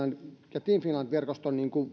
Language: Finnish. ja team finland verkoston